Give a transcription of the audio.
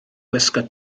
gwisgo